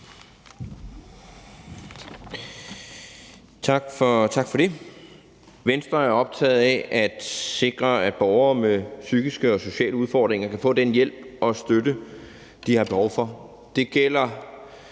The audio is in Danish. Tak for det. Venstre er optaget af at sikre, at borgere med psykiske og sociale udfordringer kan få den hjælp og støtte, de har behov for.